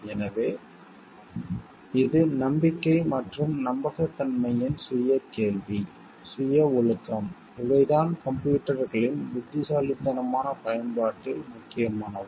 எனவே இது நம்பிக்கை மற்றும் நம்பகத்தன்மையின் சுய கேள்வி சுய ஒழுக்கம் இவைதான் கம்ப்யூட்டர்களின் புத்திசாலித்தனமான பயன்பாட்டில் முக்கியமானவை